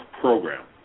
program